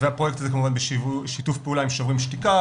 והפרויקט הזה כמובן בשיתוף פעולה עם "שוברים שתיקה",